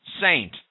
saint